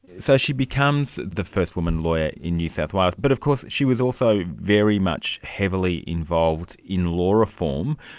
so she becomes the first woman lawyer in new south wales. but of course she was also very much heavily involved in law reform.